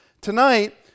Tonight